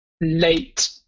late